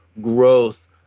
growth